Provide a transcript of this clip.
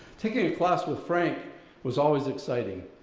taking a class with frank was always exciting.